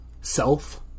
self